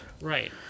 Right